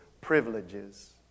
privileges